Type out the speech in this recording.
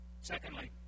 Secondly